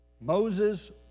Moses